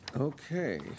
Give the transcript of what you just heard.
Okay